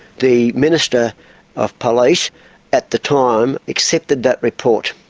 the minister of police at the time accepted that report.